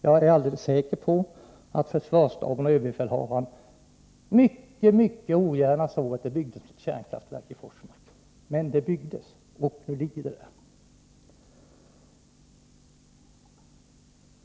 Jag är alldeles säker på att försvarsstaben och överbefälhavaren mycket, mycket ogärna såg att det byggdes ett kärnkraftverk i Forsmark. Men det byggdes, och nu ligger det där.